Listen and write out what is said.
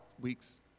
week's